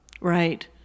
Right